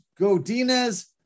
Godinez